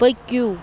پٔکِو